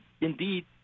indeed